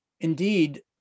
indeed